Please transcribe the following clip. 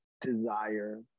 desire